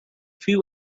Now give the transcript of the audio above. few